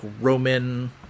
Roman